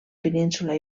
península